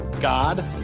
God